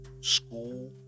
school